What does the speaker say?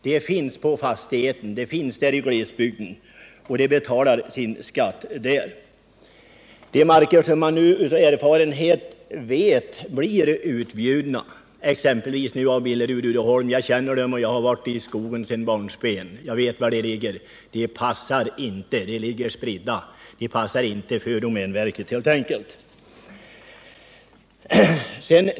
De finns där på fastigheten, de finns i glesbygden och de betalar sin skatt där. De marker som man nu av erfarenhet vet blir utbjudna, exempelvis av Billerud-Uddeholm, känner jag till. Jag har varit i skogen sedan barnsben, och jag vet var de markerna ligger. De passar inte domänverket, de ligger spridda. De passar inte för domänverket helt enkelt på grund av sitt läge.